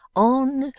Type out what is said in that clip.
on,